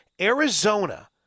Arizona